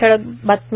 ठळक बातम्या